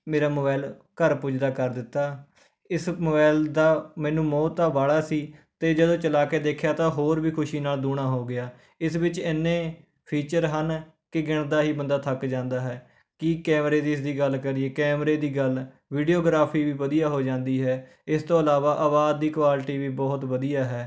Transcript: ਮੇਰਾ ਮੋਬਾਇਲ ਘਰ ਪੁੱਜਦਾ ਕਰ ਦਿੱਤਾ ਇਸ ਮੋਬਾਇਲ ਦਾ ਮੈਨੂੰ ਮੋਹ ਤਾਂ ਵਾਲਾ ਸੀ ਅਤੇ ਜਦੋਂ ਚਲਾ ਕੇ ਦੇਖਿਆ ਤਾਂ ਹੋਰ ਵੀ ਖੁਸ਼ੀ ਨਾਲ ਦੂਣਾ ਹੋ ਗਿਆ ਇਸ ਵਿੱਚ ਇੰਨੇ ਫੀਚਰ ਹਨ ਕਿ ਗਿਣਦਾ ਹੀ ਬੰਦਾ ਥੱਕ ਜਾਂਦਾ ਹੈ ਕੀ ਕੈਮਰੇ ਦੀ ਇਸ ਦੀ ਗੱਲ ਕਰੀਏ ਕੈਮਰੇ ਦੀ ਗੱਲ ਵੀਡੀਓਗ੍ਰਾਫੀ ਵੀ ਵਧੀਆ ਹੋ ਜਾਂਦੀ ਹੈ ਇਸ ਤੋਂ ਇਲਾਵਾ ਅਵਾਜ਼ ਦੀ ਕੋਆਲਟੀ ਵੀ ਬਹੁਤ ਵਧੀਆ ਹੈ